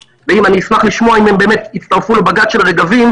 ואשמח לשמוע אם הם באמת יצטרפו לבג"ץ של רגבים,